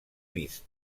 vist